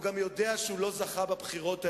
והוא גם יודע שהוא לא זכה בבחירות האלו.